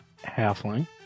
Halfling